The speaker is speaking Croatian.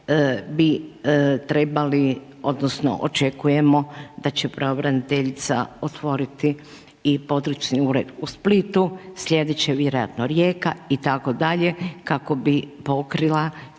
bi trebali odnosno, očekujemo da će pravobraniteljica otvoriti i područni ured u Splitu, sljedeće vjerojatno Rijeka itd. kako bi pokrila